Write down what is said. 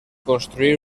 construir